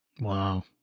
Wow